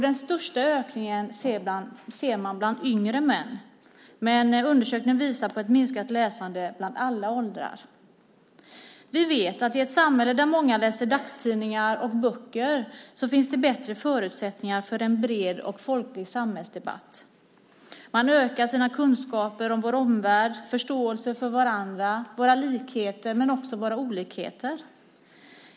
Den största ökningen ser man bland yngre män. Men undersökningen visar på ett minskat läsande i alla åldrar. Vi vet att i ett samhälle där många läser dagstidningar och böcker finns det bättre förutsättningar för en bred och folklig samhällsdebatt. Genom läsningen ökar vi kunskaperna om vår omvärld och förståelsen för varandra, för våra likheter och olikheter.